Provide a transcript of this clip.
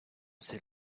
ces